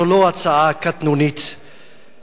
זו לא הצעה קטנונית, לא אמרתי.